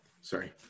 Sorry